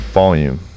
volume